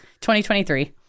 2023